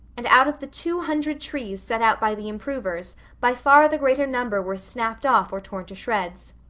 and out of the two hundred trees set out by the improvers by far the greater number were snapped off or torn to shreds.